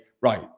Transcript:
right